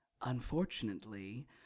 Unfortunately